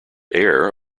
air